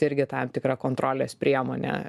irgi tam tikra kontrolės priemonė